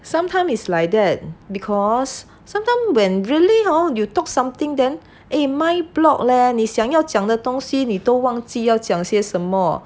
sometime is like that because sometimes when really hor you talk something then eh mind block leh 你想要讲的东西你都忘记要讲些什么